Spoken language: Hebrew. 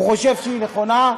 הוא חושב שהיא נכונה.